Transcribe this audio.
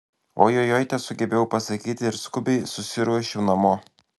ojojoi tesugebėjau pasakyti ir skubiai susiruošiau namo